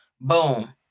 Boom